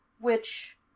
Which